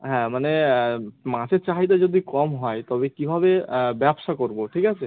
হ্যাঁ মানে মাছের চাহিদা যদি কম হয় তবে কীভাবে ব্যবসা করবো ঠিক আছে